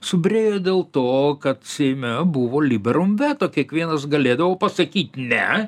subyrėjo dėl to kad seime buvo liberum veto kiekvienas galėdavo pasakyt ne